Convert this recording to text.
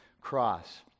cross